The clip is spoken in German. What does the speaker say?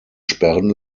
sperren